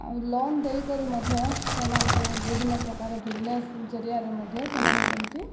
ଆଉ ଲୋନ୍ ଦେଇକରି ମଧ୍ୟ ସେମାନଙ୍କୁ ବିଭିନ୍ନ ପ୍ରକାର ବିଜନେସ୍ ଜରିଆରେ ମଧ୍ୟ ସେମାନେ ଯେମିତି